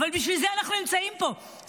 אבל בשביל זה אנחנו נמצאים פה,